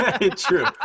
True